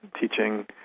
teaching